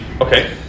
Okay